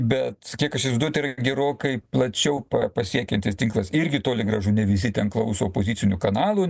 bet kiek aš įsivaizduoju tai yra gerokai plačiau pasiekiantis tinklas irgi toli gražu ne visi ten klauso opozicinių kanalų